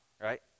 right